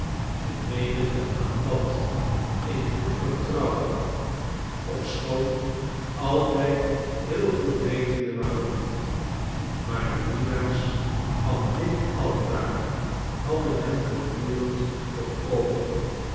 de menigte aanbad in goed vertrouwen ofschoon altijd heel goed wetende waarom maar de bedienaars van dit altaar hadden hem voortdurend voor oogen